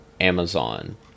Amazon